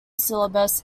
syllables